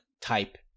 type